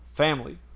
Family